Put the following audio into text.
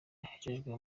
yoherejwe